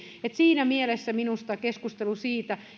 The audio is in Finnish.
kyllä tuli siinä mielessä sinänsä keskustelu siitä